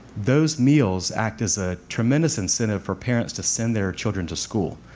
those meals act is a tremendous incentive for parents to send their children to school,